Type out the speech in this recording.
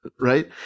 right